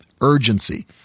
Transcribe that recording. urgency